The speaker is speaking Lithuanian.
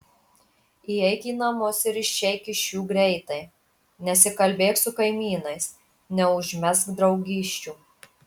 įeik į namus ir išeik iš jų greitai nesikalbėk su kaimynais neužmegzk draugysčių